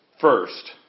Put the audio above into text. first